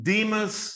Demas